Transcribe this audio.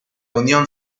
unión